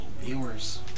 Viewers